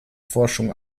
forschung